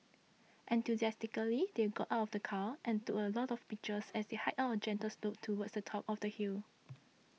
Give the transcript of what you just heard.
enthusiastically they got out of the car and took a lot of pictures as they hiked up a gentle slope towards the top of the hill